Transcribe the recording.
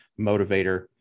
motivator